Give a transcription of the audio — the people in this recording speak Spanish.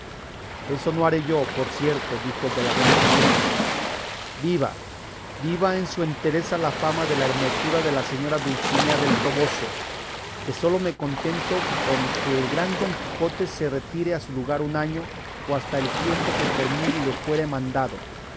eso no haré yo por cierto dijo el de la blanca luna viva viva en su entereza la fama de la hermosura de la señora dulcinea del toboso que sólo me contento con que el gran don quijote se retire a su lugar un año o hasta el tiempo que por mí le fuere mandado